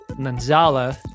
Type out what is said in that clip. Nanzala